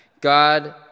God